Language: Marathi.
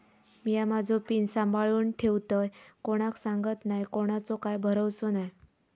मिया माझो पिन सांभाळुन ठेवतय कोणाक सांगत नाय कोणाचो काय भरवसो नाय